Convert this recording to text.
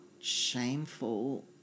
shameful